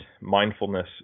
mindfulness